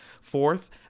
Fourth